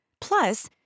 Plus